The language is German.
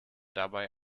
dabei